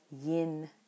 yin